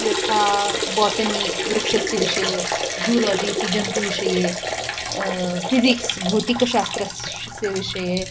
यथा बोटनी वृक्षस्य विषये ज़ूलाजि इति जन्तुविषये फिसिक्स् भौतिकशास्त्रस् ष्य विषये